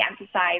emphasize